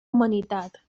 humanitat